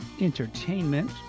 entertainment